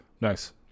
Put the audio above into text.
Nice